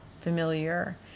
familiar